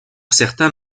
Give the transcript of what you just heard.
certains